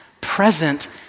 present